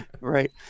Right